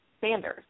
Sanders